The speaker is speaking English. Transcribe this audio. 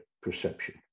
perception